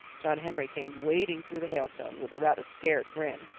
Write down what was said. john henry came wading through the hailstones with a rather scared grin.